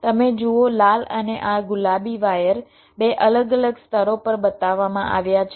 તમે જુઓ લાલ અને આ ગુલાબી વાયર બે અલગ અલગ સ્તરો પર બતાવવામાં આવ્યા છે